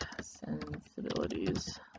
sensibilities